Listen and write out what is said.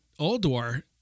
Alduar